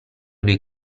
lui